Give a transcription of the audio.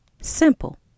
Simple